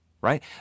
Right